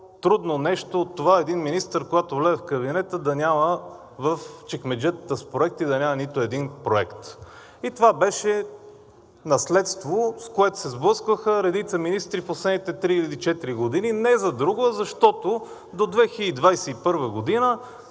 по-трудно нещо от това един министър, когато влезе в кабинета, да няма в чекмеджетата с проекти нито един проект и това беше наследство, с което се сблъскваха редица министри в последните три или четири години не за друго, а защото до 2021 г.